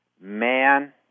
man